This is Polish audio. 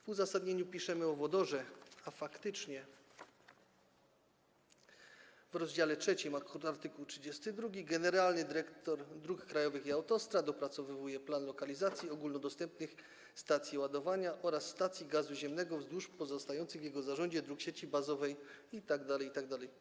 W uzasadnieniu piszemy o wodorze, a faktycznie w rozdziale 3 w art. 32 jest mowa o tym, że generalny dyrektor dróg krajowych i autostrad opracowuje plan lokalizacji ogólnodostępnych stacji ładowania oraz stacji gazu ziemnego wzdłuż pozostających w jego zarządzie dróg sieci bazowej itd., itd.